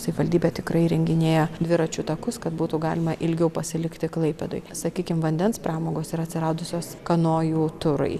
savivaldybė tikrai įrenginėja dviračių takus kad būtų galima ilgiau pasilikti klaipėdoj sakykim vandens pramogos yra atsiradusios kanojų turai